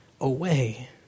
away